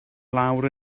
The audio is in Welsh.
lawr